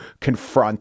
confront